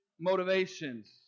Motivations